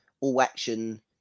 all-action